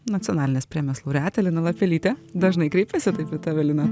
nacionalinės premijos laureatė lina lapelytė dažnai kreipiasi taip į tave lina